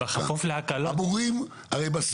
הרי,